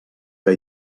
que